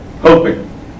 Hoping